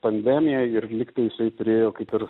pandemiją ir lygtai jisai turėjo kaip ir